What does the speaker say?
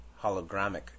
hologramic